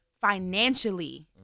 financially